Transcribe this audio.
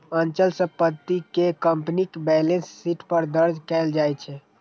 अचल संपत्ति कें कंपनीक बैलेंस शीट पर दर्ज कैल जाइ छै